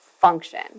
function